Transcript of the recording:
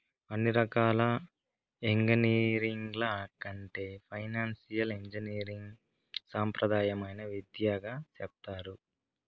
అన్ని రకాల ఎంగినీరింగ్ల కంటే ఫైనాన్సియల్ ఇంజనీరింగ్ సాంప్రదాయమైన విద్యగా సెప్తారు